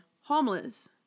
homeless